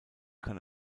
kann